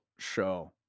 show